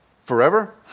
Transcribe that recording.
forever